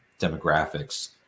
demographics